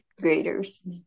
graders